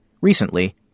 Recently